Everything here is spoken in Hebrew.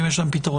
אם יש לנו פתרון.